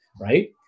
right